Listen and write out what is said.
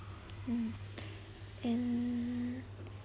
mm and